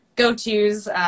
go-tos